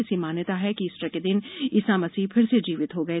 ऐसी मान्यता है कि ईस्टर के दिन ईसा मसीह फिर से जीवित हो गए